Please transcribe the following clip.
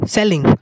Selling